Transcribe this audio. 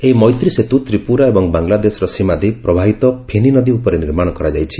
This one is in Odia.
ଏହି ମୈତ୍ରୀ ସେତୁ ତ୍ରିପୁରା ଏବଂ ବାଙ୍ଗଲାଦେଶର ସୀମା ଦେଇ ପ୍ରବାହିତ ଫେନି ନଦୀ ଉପରେ ନିର୍ମାଣ କରାଯାଇଛି